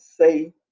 say